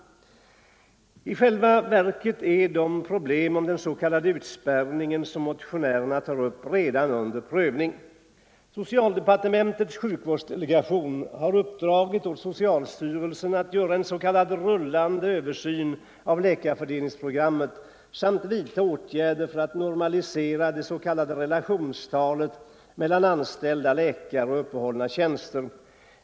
I själva verket är det problem om den s.k. utspärrningen som motionärerna tar upp redan under prövning. Socialdepartementets sjukvårdsdelegation har uppdragit åt socialstyrelsen att göra en s.k. rullande översyn av läkarfördelningsprogrammet samt vidta åtgärder för att normalisera relationstalet mellan antalet anställda läkare och uppehållna tjänster.